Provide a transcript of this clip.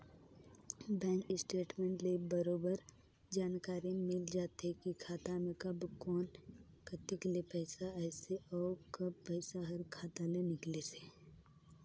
bank statement ले बरोबर जानकारी मिल जाथे की खाता मे कब कोन कति ले पइसा आइसे अउ कब पइसा हर खाता ले निकलिसे